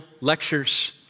Lectures